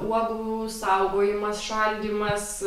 uogų saugojimas šaldymas